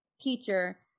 teacher